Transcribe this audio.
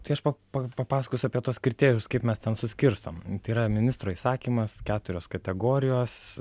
tai aš pa papasakosiu apie tuos kriterijus kaip mes ten suskirstom tai yra ministro įsakymas keturios kategorijos